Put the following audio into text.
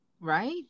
Right